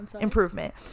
Improvement